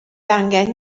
angen